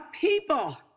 people